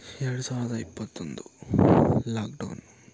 ಎರಡು ಸಾವಿರದ ಇಪ್ಪತ್ತೊಂದು ಲಾಕ್ಡೌನ್